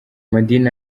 madini